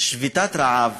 שביתת רעב